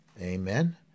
Amen